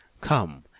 Come